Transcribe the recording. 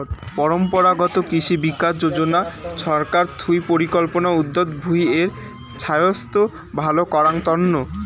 পরম্পরাগত কৃষি বিকাশ যোজনা ছরকার থুই পরিকল্পিত উদ্যগ ভূঁই এর ছাইস্থ ভাল করাঙ তন্ন